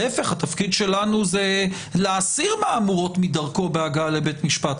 התפקיד שלנו הוא להסיר מהמורות מדרכו לבית המשפט.